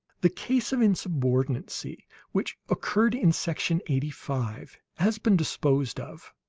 the case of insubordinancy which occurred in section eighty-five has been disposed of.